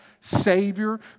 Savior